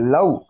Love